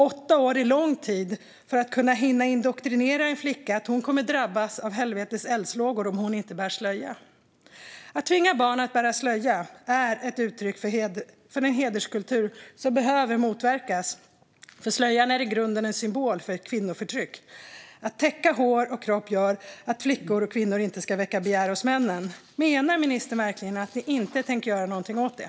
Åtta år är lång tid för att hinna indoktrinera en flicka att hon kommer att drabbas av helvetets eldslågor om hon inte bär slöja. Att tvinga barn att bära slöja är ett uttryck för en hederskultur som behöver motverkas. Slöjan är i grunden en symbol för kvinnoförtryck. Att täcka hår och kropp görs för att flickor och kvinnor inte ska väcka begär hos männen. Menar ministern verkligen att ni inte tänker göra någonting åt det?